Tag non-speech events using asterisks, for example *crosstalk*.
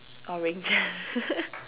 orange *laughs*